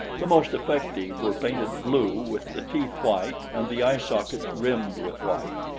the most effective were painted blue with the teeth white and the eye-sockets rimmed with white.